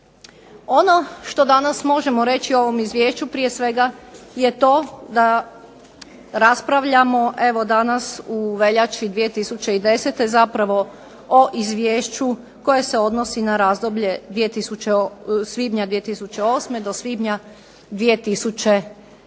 Ono što danas možemo reći o ovom izvješću prije svega je to da raspravljamo evo danas u veljači 2010. zapravo o izvješću koje se odnosi na razdoblje svibnja 2008. do svibnja 2009.